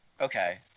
Okay